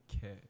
care